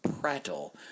prattle